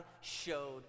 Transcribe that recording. showed